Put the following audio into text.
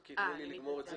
חכי, תני לי לסיים את זה.